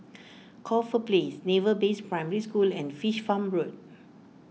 Corfe Place Naval Base Primary School and Fish Farm Road